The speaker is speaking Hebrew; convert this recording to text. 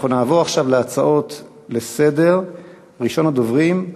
נעבור עכשיו להצעות לסדר-היום מס'